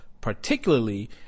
particularly